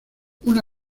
una